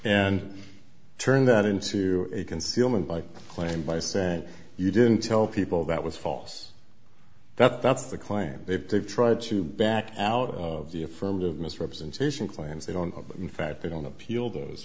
and turn that into a concealment like claim by saying you didn't tell people that was false that's the claim they've tried to back out of the affirmative misrepresentation claims they don't in fact they don't appeal those